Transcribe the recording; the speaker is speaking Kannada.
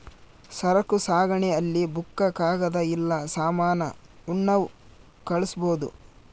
ಸರಕು ಸಾಗಣೆ ಅಲ್ಲಿ ಬುಕ್ಕ ಕಾಗದ ಇಲ್ಲ ಸಾಮಾನ ಉಣ್ಣವ್ ಕಳ್ಸ್ಬೊದು